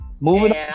Moving